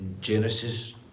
Genesis